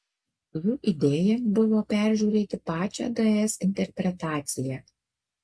jų idėja buvo peržiūrėti pačią ds interpretaciją